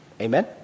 Amen